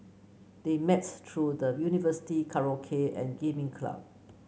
they met through the university karaoke and gaming club